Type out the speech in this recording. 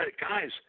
guys